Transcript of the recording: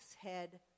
head